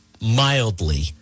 mildly